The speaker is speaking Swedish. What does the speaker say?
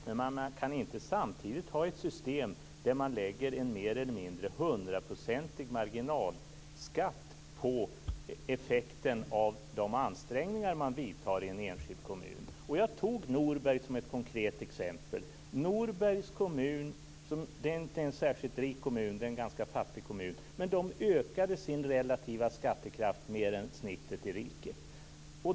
Men man kan inte samtidigt ha ett system där man lägger en mer eller mindre 100 procentig marginalskatt på effekten av de ansträngningar som görs i en enskild kommun. Jag tog Norberg som ett konkret exempel. Norbergs kommun är inte en särskilt rik kommun, det är en ganska fattig kommun, men man ökade sin relativa skattekraft mer än snittet i riket.